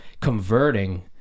converting